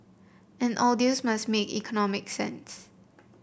and all deals must make economic sense